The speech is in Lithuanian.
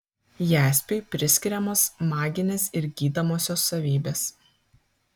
jaspiui priskiriamos maginės ir gydomosios savybės